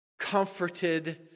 comforted